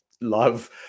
love